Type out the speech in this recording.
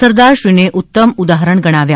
સરદારશ્રીને ઉત્તમ ઉદાહરણ ગણાવ્યા